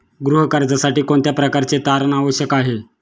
गृह कर्जासाठी कोणत्या प्रकारचे तारण आवश्यक आहे?